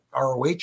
ROH